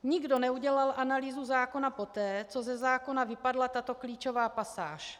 Nikdo neudělal analýzu zákona poté, co ze zákona vypadla tato klíčová pasáž.